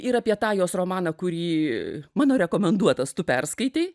ir apie tą jos romaną kurį mano rekomenduotas tu perskaitei